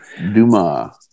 Duma